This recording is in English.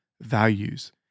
values